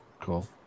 cool